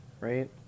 right